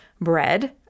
bread